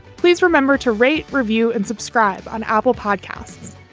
please remember to rate review and subscribe on apple podcasts.